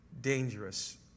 dangerous